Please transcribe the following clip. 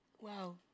Wow